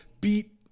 beat